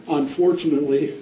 unfortunately